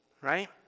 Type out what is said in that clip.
right